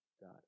God